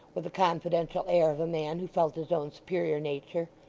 with the confidential air of a man who felt his own superior nature.